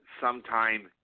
sometime